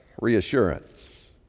reassurance